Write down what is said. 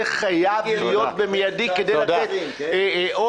זה חייב להיות במיידי, כדי לתת אופק.